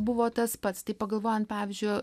buvo tas pats tai pagalvojant pavyzdžiui